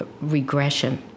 regression